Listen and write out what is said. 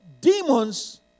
demons